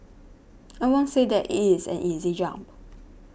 I won't say that it is an easy jump